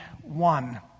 one